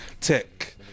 Tech